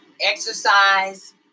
exercise